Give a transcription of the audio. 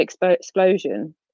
explosion